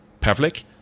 Pavlik